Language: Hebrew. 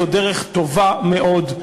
זו דרך טובה מאוד,